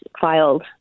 filed